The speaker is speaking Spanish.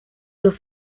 los